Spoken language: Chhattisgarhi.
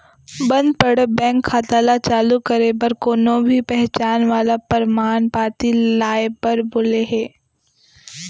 बंद पड़े बेंक खाता ल चालू करे बर कोनो भी पहचान वाला परमान पाती लाए बर बोले हे